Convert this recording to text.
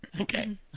Okay